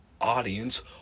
audience